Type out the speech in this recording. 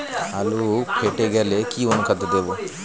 আলু ফেটে গেলে কি অনুখাদ্য দেবো?